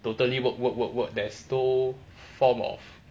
totally work work work work there's no form of